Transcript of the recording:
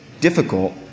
difficult